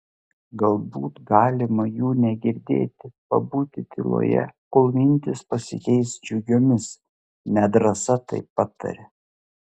galbūt galima jų negirdėti pabūti tyloje kol mintys pasikeis džiugiomis nedrąsa taip patarė